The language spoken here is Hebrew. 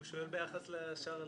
הוא שואל ביחס לשאר הלימודים.